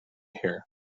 here